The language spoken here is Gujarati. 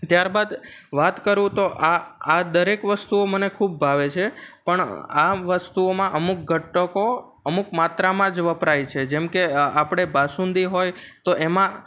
ત્યારબાદ વાત કરું તો આ આ દરેક વસ્તુઓ મને ખૂબ ભાવે છે પણ આ વસ્તુઓમાં અમુક ઘટકો અમુક માત્રામાં જ વપરાય છે જેમકે આપણે બાસુંદી હોય તો એમાં